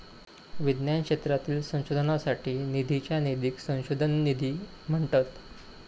विज्ञान क्षेत्रातील संशोधनासाठी निधीच्या निधीक संशोधन निधी म्हणतत